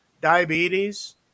diabetes